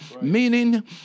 meaning